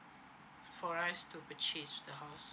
for us to purchase the house